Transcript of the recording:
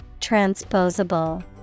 Transposable